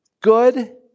good